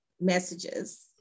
messages